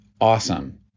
Awesome